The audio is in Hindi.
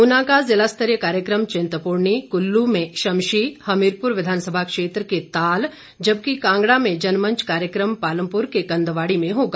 ऊना का जिला स्तरीय कार्यक्रम चिंतपूर्णी कुल्लू में शमशी हमीरपुर विधानसभा क्षेत्र के ताल जबकि कांगड़ा में जनमंच कार्यक्रम पालमपुर के कंदवाड़ी में होगा